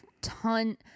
ton